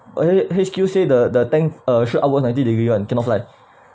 uh H_Q say the the tank uh shoot upwards ninety degree [one] cannot fly